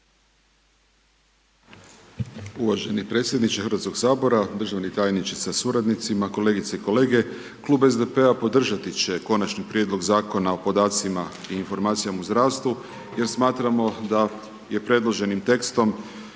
Uvaženi predsjedniče HS-a, državni tajniče sa suradnicima, kolegice i kolege, klub SDP-a podržati će Konačni prijedlog Zakona o podacima i informacijama u zdravstvu jer smatramo da je predloženim tekstom